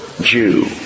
Jew